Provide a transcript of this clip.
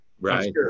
right